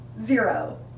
Zero